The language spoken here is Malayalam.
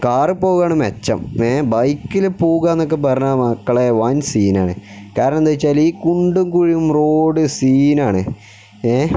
കാറ് പോക്കാണ് മെച്ചം ഏ ബൈക്കിൽ പോവുക എന്നൊക്കെ പറഞ്ഞാൽ മക്കളെ വൻ സീനാണ് കാരണം എന്താണെന്ന് വച്ചാൽ ഈ കുണ്ടും കുഴിയും റോഡ് സീനാണ് ഏ